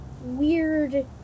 weird